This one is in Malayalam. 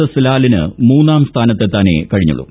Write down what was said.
എസ്ട് ലാലീന് മൂന്നാം സ്ഥാനത്തെത്താനേ കഴിഞ്ഞുള്ളൂ